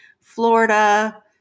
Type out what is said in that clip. Florida